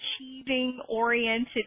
achieving-oriented